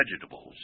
vegetables